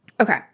Okay